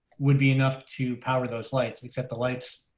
would be enough to power those lights, except the lights,